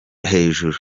hejuru